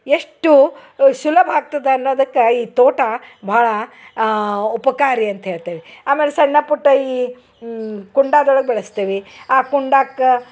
ಎಷ್ಟು ಸುಲಭ ಆಗ್ತದ ಅನ್ನೋದಕ್ಕೆ ಈ ತೋಟ ಭಾಳ ಉಪಕಾರಿ ಅಂತ ಹೇಳ್ತೇವೆ ಆಮೇಲೆ ಸಣ್ಣ ಪುಟ್ಟ ಈ ಕುಂಡದೊಳಗೆ ಬೆಳಸ್ತಿವಿ ಆ ಕುಂಡಕ್ಕ